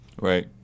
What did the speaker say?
Right